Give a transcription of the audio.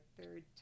third